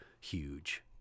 huge